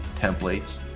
templates